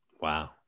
Wow